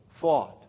fought